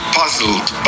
puzzled